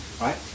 Right